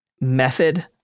method